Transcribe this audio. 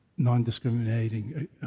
non-discriminating